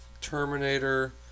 Terminator